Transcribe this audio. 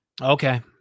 Okay